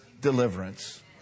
deliverance